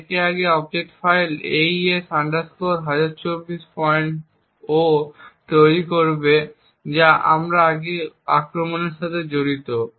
তাই এটি একটি অবজেক্ট ফাইল AES 1024o তৈরি করবে যা আমরা আমাদের আক্রমণের সাথে জড়িত